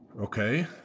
okay